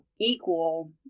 equal